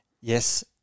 yes